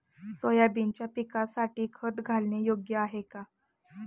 सोयाबीनच्या पिकासाठी खत घालणे योग्य आहे का?